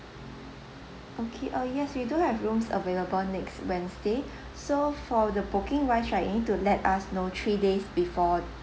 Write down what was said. okay uh yes we do have rooms available next wednesday so for the booking wise right you need to let us know three days before